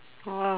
!wow!